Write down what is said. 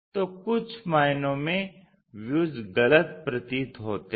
तो कुछ मायनो में व्यूज गलत प्रतीत होते हैं